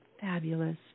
fabulous